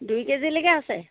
দুই কেজিলৈকে আছে